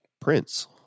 Prince